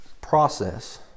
process